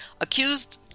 Accused